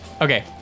Okay